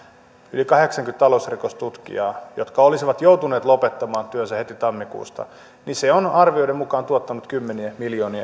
yli kahdeksankymmentä talousrikostutkijaa jotka olisivat joutuneet lopettamaan työnsä heti tammikuusta on arvioiden mukaan tuottanut kymmeniä miljoonia euroja